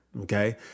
okay